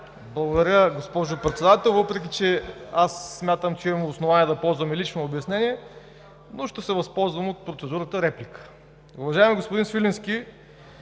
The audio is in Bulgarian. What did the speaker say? Благодаря, госпожо Председател. Въпреки че смятам, че имам основание да ползвам лично обяснение, ще се възползвам от процедурата – реплика. Уважаеми господин Свиленски,